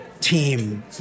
team